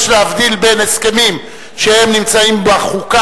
יש להבדיל בין הסכמים שהם נמצאים בחוקה